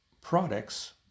products